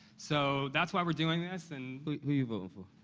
so that's why we're doing this, and who are you voting for?